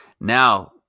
Now